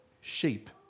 sheep